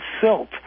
silt